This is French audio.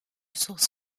source